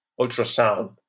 ultrasound